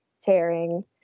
tearing